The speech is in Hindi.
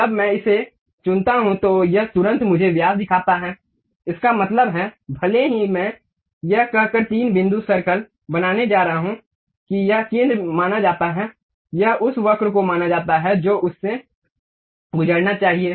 जब मैं इसे चुनता हूं तो यह तुरंत मुझे व्यास दिखाता है इसका मतलब है भले ही मैं यह कहकर तीन बिंदु सर्कल बनाने जा रहा हूं कि यह केंद्र माना जाता है यह उस वक्र को माना जाता है जो उस से गुजरना चाहिए